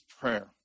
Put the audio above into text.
prayer